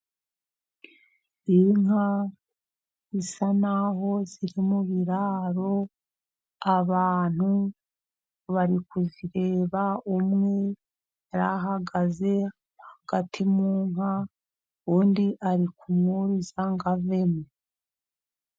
Inka zisa naho ziri mu biraro, abantu bari kuzireba. Umwe yari ahagaze hagati mu nka, undi ari kumubuza ngo avemo.